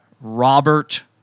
Robert